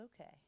okay